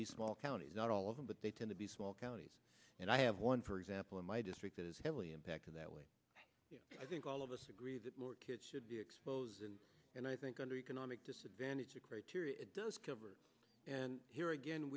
be small counties not all of them but they tend to be small counties and i have one for example in my district that is heavily impacted that way i think all of us agree that more kids should be exposed and i think under economic disadvantage the criteria it does cover and here again